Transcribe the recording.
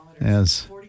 yes